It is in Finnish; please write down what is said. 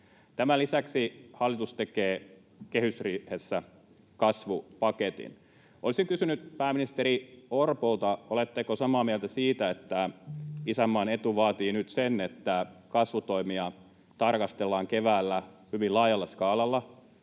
Tämän lisäksi hallitus tekee kehysriihessä kasvupaketin. Olisin kysynyt pääministeri Orpolta: oletteko samaa mieltä siitä, että isänmaan etu vaatii nyt sen, että kasvutoimia tarkastellaan keväällä hyvin laajalla skaalalla